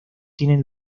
tienen